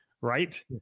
right